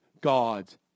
God's